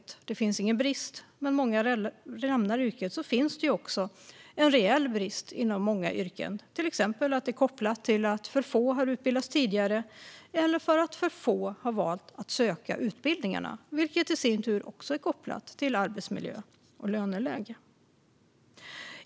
Det finns ingen brist nu, men många lämnar yrket. Det finns också en reell brist när det gäller många andra yrken som är kopplad till att för få har utbildats tidigare eller till att för få har valt att söka utbildningarna, vilket i sin tur också är kopplat till arbetsmiljö och löneläge.